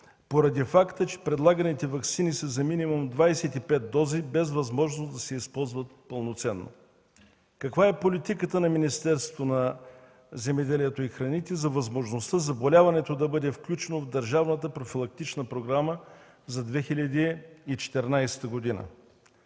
поради факта че предлаганите ваксини са за минимум 25 дози, без възможност да се използват пълноценно. Каква е политиката на Министерството на земеделието и храните за възможността заболяването да бъде включено в държавната профилактична програма за 2014 г.?